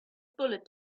bullet